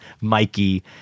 Mikey